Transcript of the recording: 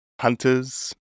hunters